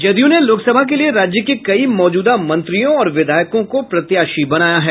जदयू ने लोकसभा के लिए राज्य के कई मौजूदा मंत्रियों और विधायकों को प्रत्याशी बनाया है